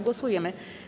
Głosujemy.